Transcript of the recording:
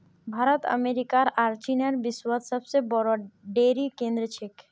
भारत अमेरिकार आर चीनेर विश्वत सबसे बोरो डेरी केंद्र छेक